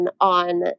on